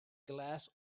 glass